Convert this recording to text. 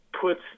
puts